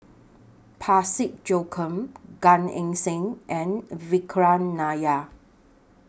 Parsick Joaquim Gan Eng Seng and Vikram Nair